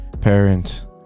parents